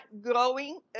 growing